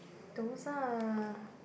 those are